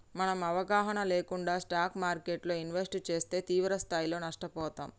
మనం అవగాహన లేకుండా స్టాక్ మార్కెట్టులో ఇన్వెస్ట్ చేస్తే తీవ్రస్థాయిలో నష్టపోతాం